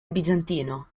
bizantino